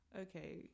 Okay